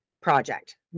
project